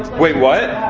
wait. what?